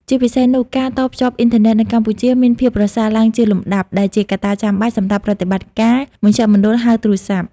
ជាពិសេសនោះ ការតភ្ជាប់អ៊ីនធឺណិតនៅកម្ពុជាមានភាពប្រសើរឡើងជាលំដាប់ ដែលជាកត្តាចាំបាច់សម្រាប់ប្រតិបត្តិការមជ្ឈមណ្ឌលហៅទូរស័ព្ទ។